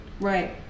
right